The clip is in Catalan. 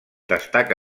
destaca